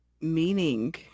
meaning